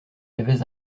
j’avais